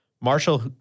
Marshall